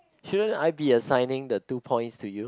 shouldn't I be assigning the two points to you